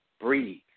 breathe